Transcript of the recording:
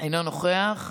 אינו נוכח,